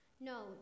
No